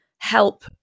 help